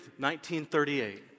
1938